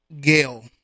Gail